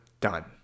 done